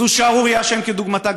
זו שערורייה שאין כדוגמתה,